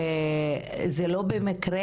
זה לא במקרה,